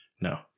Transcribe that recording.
No